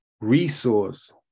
resource